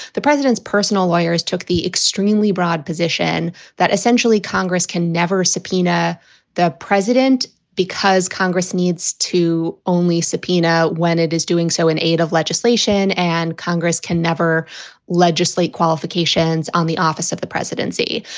the president's personal lawyers took the extremely broad position that essentially congress can never subpoena the president because congress needs to only subpoena when it is doing so in aid of legislation. and congress can never legislate qualifications on the office of the presidency.